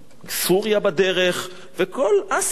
סוריה בדרך וכל אסיה.